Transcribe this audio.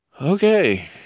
Okay